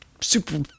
super